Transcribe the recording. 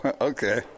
Okay